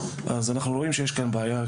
אז אנחנו רואים שיש כאן בעיה.